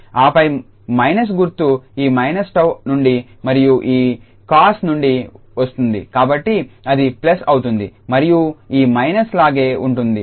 ఆపై మైనస్ గుర్తు ఈ −𝜏 నుండి మరియు ఈ cos నుండి వస్తుంది కాబట్టి అది ప్లస్ అవుతుంది మరియు ఈ మైనస్ అలాగే ఉంటుంది